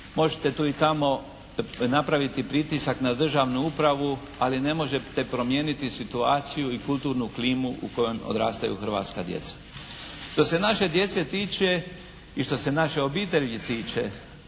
možete tu i tamo napraviti pritisak na državnu upravu ali ne možete promijeniti situaciju i kulturnu klimu u kojoj odrastaju hrvatska djeca. Što se naše djece tiče i što se naše obitelji tiče